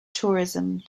tourism